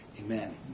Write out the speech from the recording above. Amen